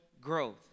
growth